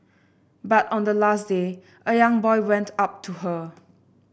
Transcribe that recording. but on the last day a young boy went up to her